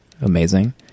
amazing